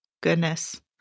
goodness